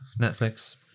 Netflix